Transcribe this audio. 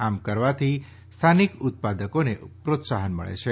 આમ કરવાથી સ્થાનિક ઉત્પાદકોને પ્રોત્સાહન મળે છે